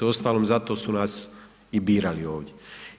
Uostalom zato su nas i birali ovdje.